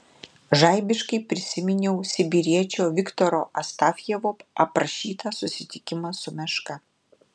žaibiškai prisiminiau sibiriečio viktoro astafjevo aprašytą susitikimą su meška